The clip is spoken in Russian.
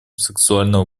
сексуального